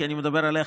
כי אני מדבר עליך,